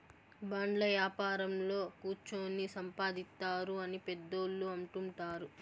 బాండ్ల యాపారంలో కుచ్చోని సంపాదిత్తారు అని పెద్దోళ్ళు అంటుంటారు